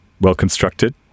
well-constructed